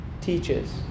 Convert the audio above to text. teaches